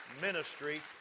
ministry